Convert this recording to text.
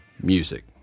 music